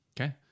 Okay